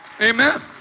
Amen